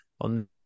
on